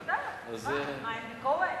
אני יודעת, אני יודעת.